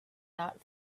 not